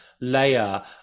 layer